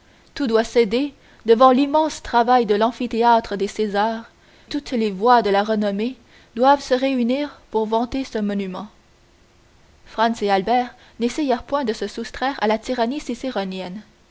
tout doit céder devant l'immense travail de l'amphithéâtre des césars toutes les voix de la renommée doivent se réunir pour vanter ce monument franz et albert n'essayèrent point de se soustraire à la tyrannie